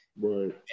Right